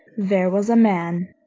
there was a man